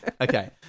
okay